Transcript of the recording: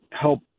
help